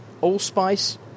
allspice